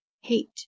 hate